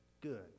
good